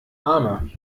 arme